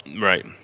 Right